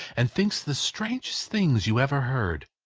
and thinks the strangest things you ever heard.